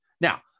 Now